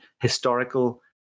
historical